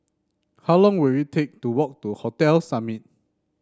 how long will it take to walk to Hotel Summit